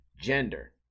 gender